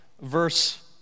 Verse